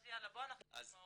אז יאללה, בוא נשמע אותו.